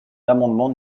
l’amendement